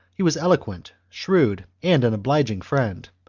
he was eloquent, shrewd, and an obliging friend,